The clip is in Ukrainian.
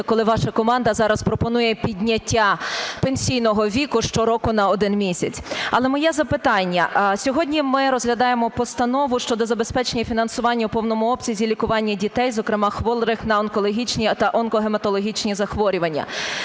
коли ваша команда зараз пропонує підняття пенсійного віку щороку на один місяць. Але моє запитання. Сьогодні ми розглядаємо Постанову щодо забезпечення фінансування у повному обсязі лікування дітей, зокрема хворих на онкологічні та онкогематологічні захворювання.